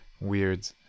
weird